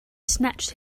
snatched